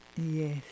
Yes